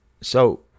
so